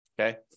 okay